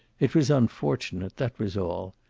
it was unfortunate, that was all.